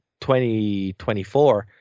2024